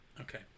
Okay